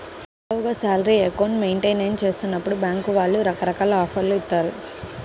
సజావుగా salary account maintain చేస్తున్నప్పుడు బ్యేంకుల వాళ్ళు రకరకాల ఆఫర్లను ఇత్తాయి